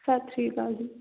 ਸਤਿ ਸ਼੍ਰੀ ਅਕਾਲ ਜੀ